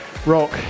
rock